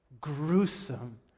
gruesome